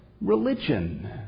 religion